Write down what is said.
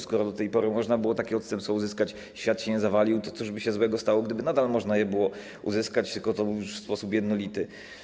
Skoro do tej pory można było takie odstępstwo uzyskać i świat się nie zawalił, to cóż by się złego stało, gdyby nadal można je było uzyskać, tylko już w sposób jednolity.